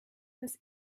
das